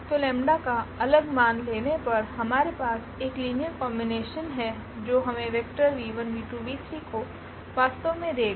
तो लैमडा का अलग मान लेने पर हमारे पास एक अलग लीनियर कोम्बिनेशन है जो हमें वेक्टर को वास्तव में देगा